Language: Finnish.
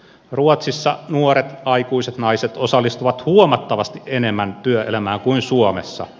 ruotsissa nuoret aikuiset naiset osallistuvat huomattavasti enemmän työelämään kuin suomessa